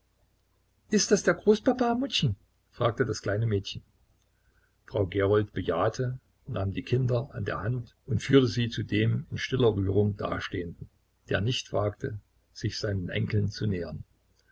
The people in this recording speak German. ist das der der großpapa muttchen fragte das kleine mädchen frau gerold bejahte nahm die kinder an der hand und führte sie zu dem in stiller rührung dastehenden der nicht wagte sich seinen enkeln zu nähern